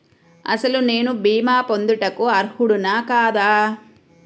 అసలు నేను భీమా పొందుటకు అర్హుడన కాదా?